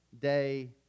day